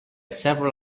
several